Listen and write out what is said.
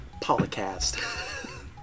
polycast